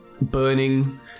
burning